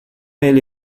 ele